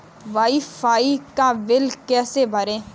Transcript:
Wi fi का bill कैसे भरें?